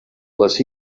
les